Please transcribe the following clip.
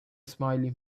smiling